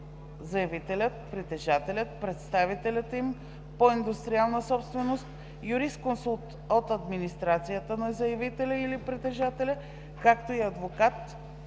заявителят, притежателят, представителят им по индустриална собственост, юрисконсулт от администрацията на заявителя или притежателя, както и адвокат,